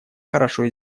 хорошо